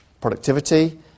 productivity